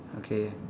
okay